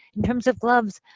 in terms of gloves,